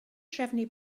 trefnu